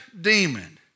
demon